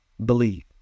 believe